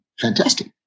fantastic